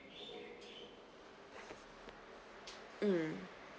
mm